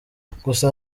gusa